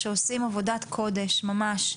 שעושים עבודת קודש ממש,